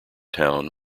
town